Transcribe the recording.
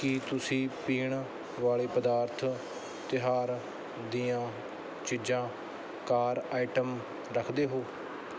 ਕੀ ਤੁਸੀਂ ਪੀਣ ਵਾਲੇ ਪਦਾਰਥ ਤਿਉਹਾਰ ਦੀਆਂ ਚੀਜ਼ਾਂ ਕਾਰ ਆਈਟਮ ਰੱਖਦੇ ਹੋ